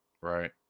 right